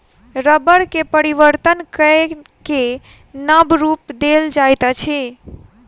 रबड़ के परिवर्तन कय के नब रूप देल जाइत अछि